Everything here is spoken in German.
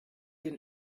den